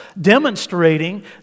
demonstrating